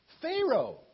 Pharaoh